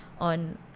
on